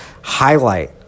highlight